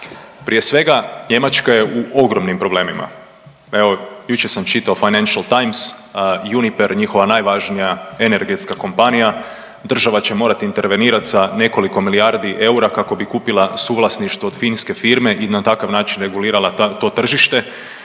Prije svega Njemačka je u ogromnim problemima. Evo jučer sam čitao Financial Times, Uniper njihova najvažnija energetska kompanija država će morati intervenirati sa nekoliko milijardi eura kako bi kupila suvlasništvo od finske firme i na takav način regulirala to tržište